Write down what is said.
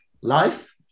life